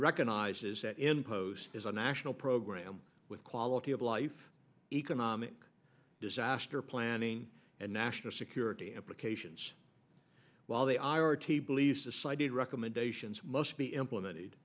recognizes that in post is a national program with quality of life economic disaster planning and national security implications while they are t believes decided recommendations must be implemented